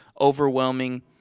overwhelming